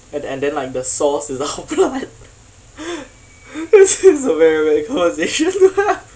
and and then like the sauce is our blood this is a very weird conversation